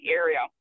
area